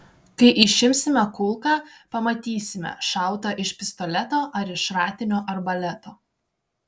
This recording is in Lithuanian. kai išimsime kulką pamatysime šauta iš pistoleto ar iš šratinio arbaleto